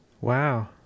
Wow